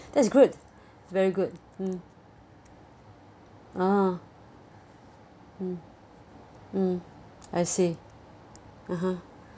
that's good very good mm ah mm mm I see (uh huh)